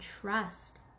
trust